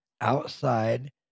outside